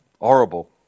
horrible